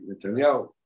Netanyahu